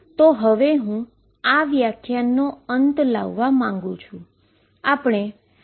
તેથી હવે હું વ્યાખ્યાનનો અંત લાવવા માંગુ છુ